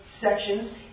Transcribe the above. sections